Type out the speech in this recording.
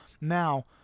Now